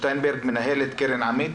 מנהלת קרן עמית.